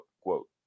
quote